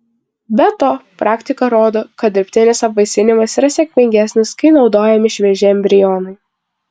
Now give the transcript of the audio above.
be to praktika rodo kad dirbtinis apvaisinimas yra sėkmingesnis kai naudojami švieži embrionai